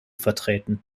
vertreten